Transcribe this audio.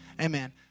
amen